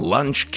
Lunch